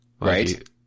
right